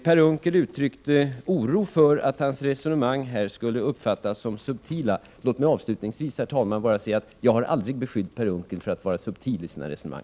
Per Unckel uttryckte oro för att hans resonemang här skulle uppfattas som subtila. Låt mig avslutningsvis, herr talman, bara säga att jag aldrig har beskyllt Per Unckel för att vara för subtil i sina resonemang.